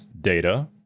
data